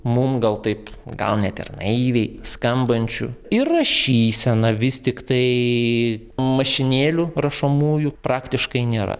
mum gal taip gal net ir naiviai skambančių ir rašysena vis tiktai mašinėlių rašomųjų praktiškai nėra